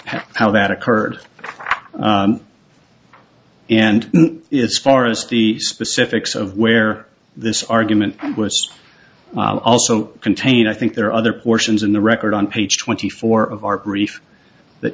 how that occurred and it's forrest the specifics of where this argument was also contain i think there are other portions in the record on page twenty four of our brief that